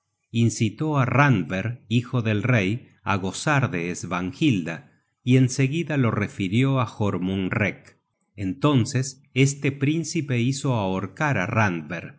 incitó á randver hijo del rey á gozar de svanhilda y en seguida lo refirió á jormunrek entonces este príncipe hizo ahorcar á randver